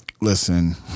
Listen